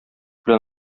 белән